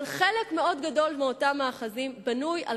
אבל חלק מאוד גדול מאותם מאחזים בנוי על